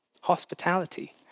Hospitality